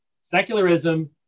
Secularism